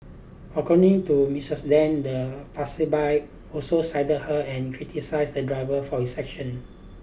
according to Mistress Deng the passerby also sided her and criticised the driver for his action